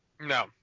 No